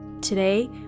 Today